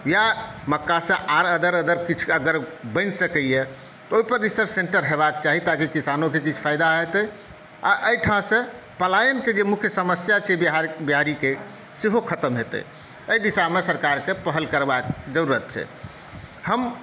या मक्कासँ आओर अदर अदर किछु अगर बनि सकैए ओहिपर रिसर्च सेन्टर हेबाक चाही ताकि किसानोके किछु फायदा हेतै आ एहिठामसँ पलायनके जे मुख्य समस्या छै बिहारीके सेहो खतम हेतै एहि दिशामे सरकारके पहल करबाक जरूरत छै हम